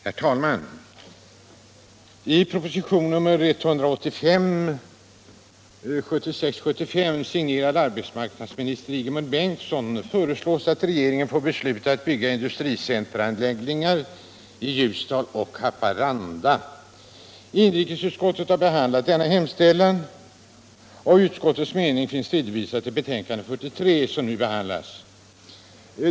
Herr talman! I propositionen 1975/76:185, signerad av arbetsmarknadsminister Ingemund Bengtsson, föreslås att regeringen får besluta om att bygga industricenteranläggningar i Ljusdal och Haparanda. Inrikesutskottet har behandlat denna hemställan, och utskottets mening finns redovisad i betänkandet nr 43, som nu behandlas.